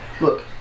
Look